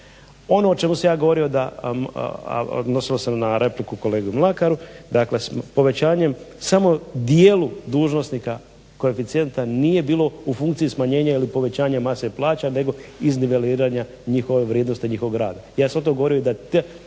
Ono o čemu sam ja govorio a odnosilo se na repliku kolegi Mlakaru, dakle povećanjem samo dijelu dužnosnika koeficijenta nije bilo u funkciji smanjenja ili povećanja plaća nego izniveliranja njihove vrijednosti i njihovog rada. Ja sam o tome govorio da